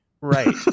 right